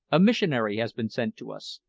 a missionary has been sent to us,